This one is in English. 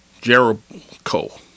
Jericho